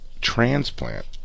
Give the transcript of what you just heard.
transplant